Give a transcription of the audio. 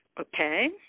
Okay